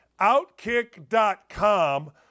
outkick.com